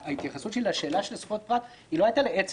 שההתייחסות שלי לשאלה של זכויות פרט לא הייתה לעצם